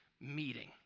meeting